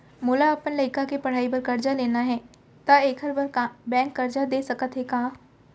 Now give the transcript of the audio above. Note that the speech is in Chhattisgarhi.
मोला अपन लइका के पढ़ई बर करजा लेना हे, त एखर बार बैंक करजा दे सकत हे का?